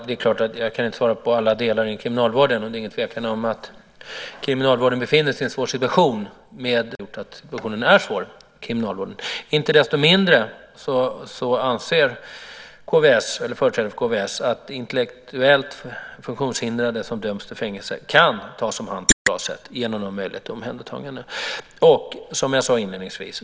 Fru talman! Jag kan inte svara för alla delar inom kriminalvården, men det råder inget tvivel om att kriminalvården befinner sig i en svår situation beroende på att domstolarna har skärpt sin praxis. Inte desto mindre anser företrädare för KVS att intellektuellt funktionshindrade som döms till fängelse kan tas om hand på ett bra sätt genom de möjligheter till omhändertagande som finns.